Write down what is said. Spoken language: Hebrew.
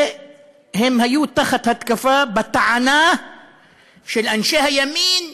והם היו תחת התקפה, בטענה של אנשי הימין: